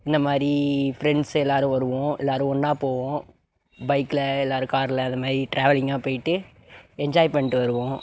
இந்த மாதிரி ஃப்ரெண்ட்ஸ் எல்லோரும் வருவோம் எல்லோரும் ஒன்னா போவோம் பைகில் எல்லோரும் காரில் அது மாதிரி ட்ராவலிங் போயிட்டு என்ஜாய் பண்ணிவிட்டு வருவோம்